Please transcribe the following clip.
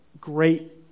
great